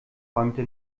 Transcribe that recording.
räumte